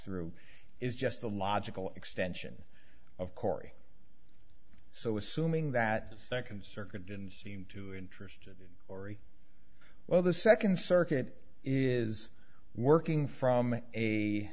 through is just the logical extension of cory so assuming that a second circuit didn't seem too interested or well the second circuit is working from a